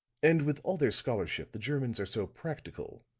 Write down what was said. and, with all their scholarship, the germans are so practical,